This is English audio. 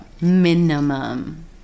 Minimum